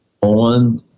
on